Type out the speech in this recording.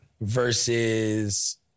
versus